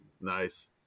nice